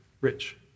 rich